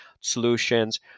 solutions